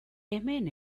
hemen